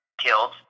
killed